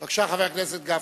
בבקשה, חבר הכנסת גפני.